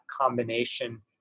combination